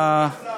אדוני השר,